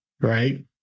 right